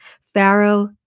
Pharaoh